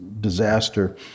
disaster